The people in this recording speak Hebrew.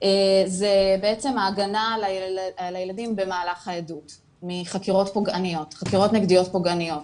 זה בעצם ההגנה על הילדים במהלך העדות מחקירות נגדיות פוגעניות.